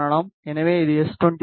எனவே இது எஸ்21 ஆகும்